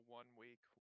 one-week